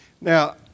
Now